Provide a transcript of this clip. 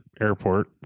airport